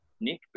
Nick